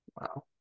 Wow